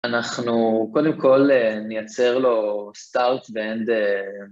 אנחנו, קודם כל, נייצר לו סטארט ואנד...